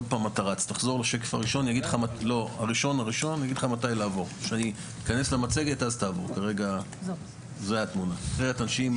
מה שחשוב זה להבין שמדובר במהלך הדרגתי,